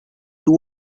two